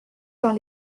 par